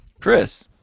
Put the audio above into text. Chris